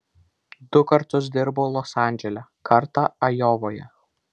du kartus dirbau los andžele kartą ajovoje